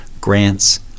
grants